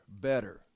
better